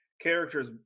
characters